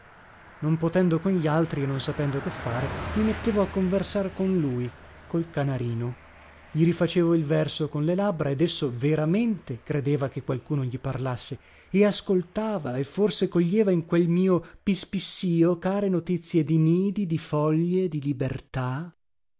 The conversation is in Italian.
non potendo con gli altri e non sapendo che fare mi mettevo a conversar con lui col canarino gli rifacevo il verso con le labbra ed esso veramente credeva che qualcuno gli parlasse e ascoltava e forse coglieva in quel mio pispissìo care notizie di nidi di foglie di libertà